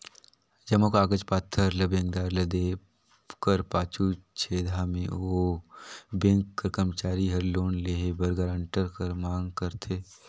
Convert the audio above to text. जम्मो कागज पाथर ल बेंकदार ल देहे कर पाछू छेदहा में ओ बेंक कर करमचारी हर लोन लेहे बर गारंटर कर मांग करथे